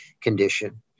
condition